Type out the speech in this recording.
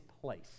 place